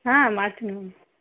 ಹಾಂ ಮಾಡ್ತೀನಿ ಮ್ಯಾಮ್